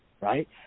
right